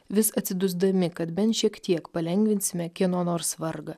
vis atsidusdami kad bent šiek tiek palengvinsime kieno nors vargą